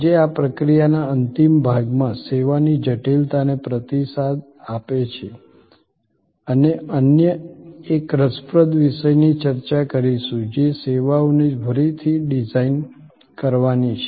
આજે આ પ્રક્રિયાના અંતિમ વિભાગમાં સેવાની જટિલતાને પ્રતિસાદ આપે છે અમે અન્ય એક રસપ્રદ વિષયની ચર્ચા કરીશું જે સેવાઓને ફરીથી ડિઝાઇન કરવાની છે